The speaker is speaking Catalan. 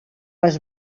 les